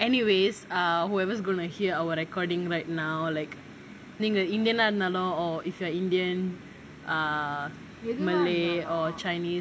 anyways err whoever going to hear our recording right now like நீங்க:nenga indian ah இருந்தாலும்:irunthaalum or is a indian err malay or chinese